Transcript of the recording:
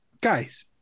guys